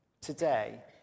today